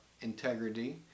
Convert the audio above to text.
integrity